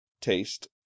taste